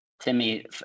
Timmy